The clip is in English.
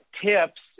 tips